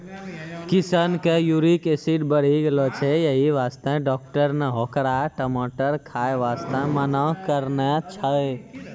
किशन के uric acid बढ़ी गेलो छै यही वास्तॅ डाक्टर नॅ होकरा टमाटर खाय वास्तॅ मना करनॅ छै